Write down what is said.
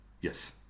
Yes